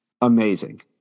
amazing